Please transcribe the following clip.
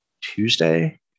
Tuesday